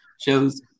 shows